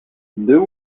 deux